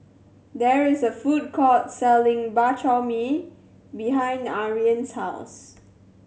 there is a food court selling Bak Chor Mee behind Ariane's house